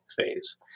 phase